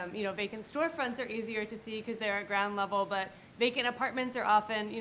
um you know, vacant storefronts are easier to see because they are a ground level but vacant apartments are often, you